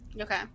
Okay